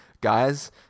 guys